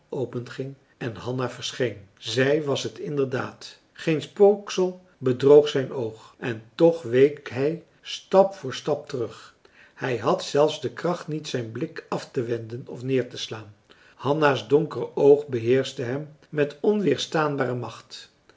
openging en hanna verscheen zij was het inderdaad geen spooksel bedroog zijn oog en toch week hij stap voor stap terug hij had zelfs de kracht niet zijn blik aftewenden of neerteslaan hanna's donker oog beheerschte hem met onweerstaanbare macht